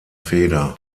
feder